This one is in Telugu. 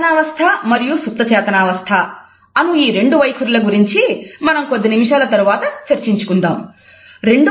చేతనావస్థ మరియు సుప్తచేతనావస్థ అను ఈ రెండు వైఖరుల గురించి మనం కొద్ది నిమిషాల తర్వాత చర్చించుకుందాం